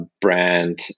brand